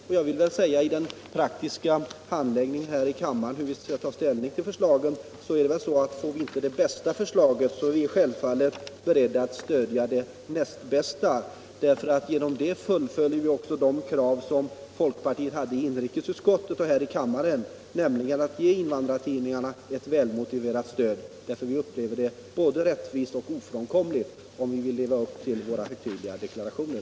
Får vi vid den praktiska handläggningen av frågan här i kammaren och när vi skall ta ställning till förslagen inte den bästa lösningen är vi självfallet beredda att stödja den näst bästa. Genom det fullföljer vi också det krav som folkpartiet hade i inrikesutskottet och här i kammaren, nämligen att invandrartidningarna skall få ett välmotiverat stöd. Vi upplever detta som både rättvist och ofrånkomligt, för alla här i kammaren, om vi vill leva upp till våra högtidliga deklarationer.